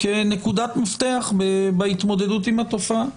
כנקודת מפתח בהתמודדות עם התופעה.